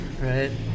Right